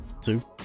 Two